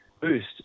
boost